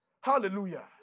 Hallelujah